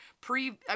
pre